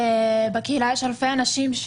בקהילה יש אלפי אנשים,